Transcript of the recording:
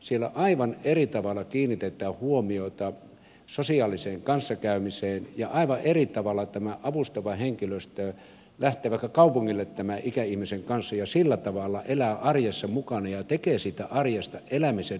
siellä aivan eri tavalla kiinnitetään huomiota sosiaaliseen kanssakäymiseen ja aivan eri tavalla tämä avustava henkilöstö lähtee vaikka kaupungille tämän ikäihmisen kanssa ja sillä tavalla elää arjessa mukana ja tekee siitä arjesta elämisen arvoista